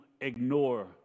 ignore